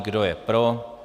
Kdo je pro?